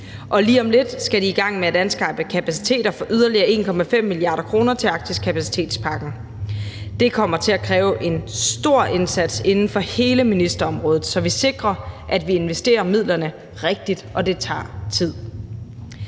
Og lige om lidt skal de i gang med at anskaffe kapaciteter for yderligere 1,5 mia. kr. til Arktiskapacitetspakken. Det kommer til at kræve en stor indsats inden for hele ministerområdet, så vi sikrer, at vi investerer midlerne rigtigt – og det tager tid.